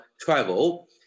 travel